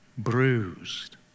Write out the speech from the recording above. bruised